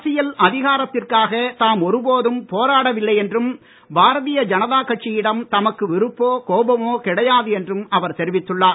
அரசியல் அதிகாரத்திற்காக தாம் ஒருபோதும் போராடவில்லை என்றும் பாரதீய ஜனதா கட்சியிடம் தமக்கு விருப்போ கோபமோ கிடையாது என்றும் அவர் தெரிவித்துள்ளார்